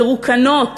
מרוקנות,